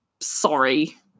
sorry